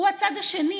הוא הצעד השני,